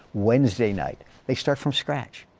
wednesday night. they start from scratch.